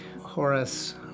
Horace